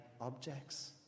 objects